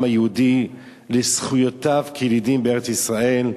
היהודי לזכויותיו כילידים בארץ-ישראל.